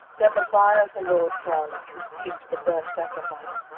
then the fire of the lord fell, and consumed the burnt sacrifice,